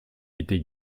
était